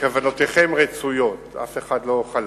כוונותיכם רצויות ואף אחד לא חלק.